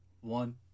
one